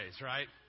right